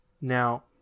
Now